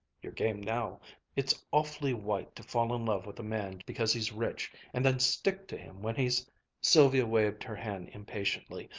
you're game now it's awfully white to fall in love with a man because he's rich and then stick to him when he's sylvia waved her hand impatiently.